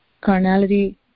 Carnality